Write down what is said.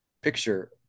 picture